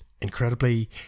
Incredibly